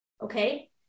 Okay